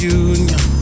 union